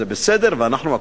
ואנחנו,